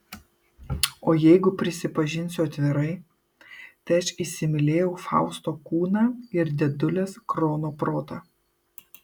o jeigu prisipažinsiu atvirai tai aš įsimylėjau fausto kūną ir dėdulės krono protą